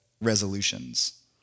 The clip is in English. resolutions